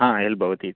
हा हेल्प् भवति इति